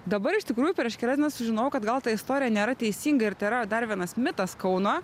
dabar iš tikrųjų prieš kelias dienas sužinojau kad gal ta istorija nėra teisinga ir tai yra dar vienas mitas kauno